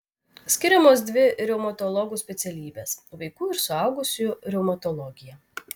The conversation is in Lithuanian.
skiriamos dvi reumatologų specialybės vaikų ir suaugusiųjų reumatologija